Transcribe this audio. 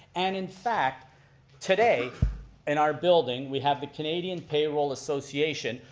and in fact today in our building we have the canadian payroll association,